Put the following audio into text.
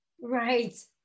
right